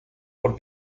por